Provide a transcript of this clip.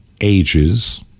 ages